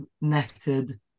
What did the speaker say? netted